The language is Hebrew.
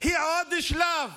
היא עוד שלב